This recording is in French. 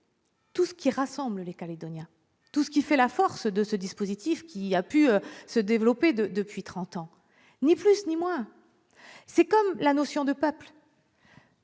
tout ce qui rassemble les Calédoniens, tout ce qui fait la force du dispositif qui se développe depuis trente ans. Ni plus, ni moins. Il en va de même pour la notion de peuple.